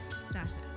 status